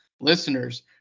listeners